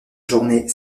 journée